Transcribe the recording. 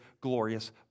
glorious